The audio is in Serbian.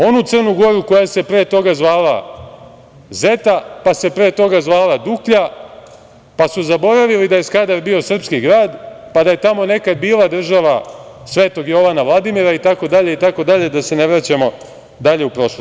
Onu Crnu Goru koja se pre toga zvala Zeta, pa se pre toga zvala Duklja, pa su zaboravili da je Skadar bio srpski grad, pa da je tamo nekada bila država Svetog Jovana Vladimira itd, da se ne vraćamo dalje u prošlost.